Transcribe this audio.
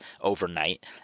overnight